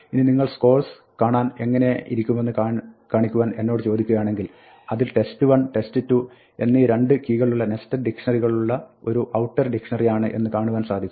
ഇനി നിങ്ങൾ scores കാണാൻ എങ്ങിനെയിരിക്കുമെന്ന് കണിക്കുവാൻ എന്നോട് ചോദിക്കുകയാണെങ്കിൽ അതിൽ test1 test2 എന്നീ രണ്ട് കീകളുള്ള നെസ്റ്റഡ് ഡിക്ഷ്ണറികളുള്ള ഒരു ഔട്ടർ ഡിക്ഷ്ണറി ആണ് എന്ന് കാണുവാൻ സാധിക്കും